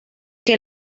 que